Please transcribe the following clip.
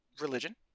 religion